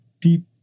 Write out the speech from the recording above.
deep